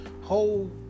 whole